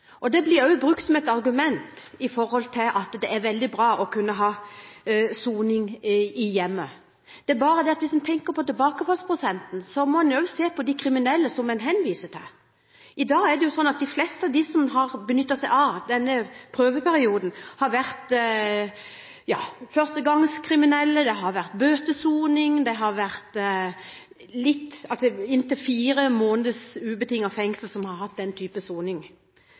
tilbakefallsprosenten. Det blir også brukt som et argument for at det er veldig bra å kunne sone i hjemmet. Det er bare det at hvis man tenker på tilbakefallsprosenten, må man også se på de kriminelle som man henviser til. I dag er det jo slik at de fleste av dem som har kunnet benytt seg av denne prøveperioden, har vært førstegangskriminelle, innsatte for bøtesoning, innsatte som soner dommer på inntil fire måneds ubetinget fengsel – de har fått den slags soning.